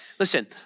Listen